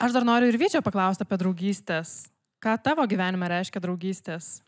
aš dar noriu ir vyčio paklaust apie draugystes ką tavo gyvenimą reiškia draugystės